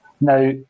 Now